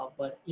but, you